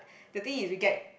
the thing is we get